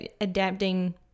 adapting